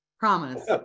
Promise